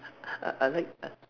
I I like I